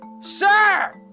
Sir